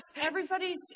Everybody's